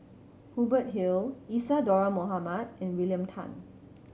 Hubert Hill Isadhora Mohamed and William Tan